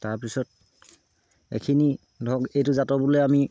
তাৰপিছত এইখিনি ধৰক এইটো জাতৰ বোলে আমি